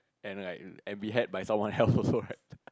and like and be had by someone else also right